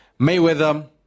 Mayweather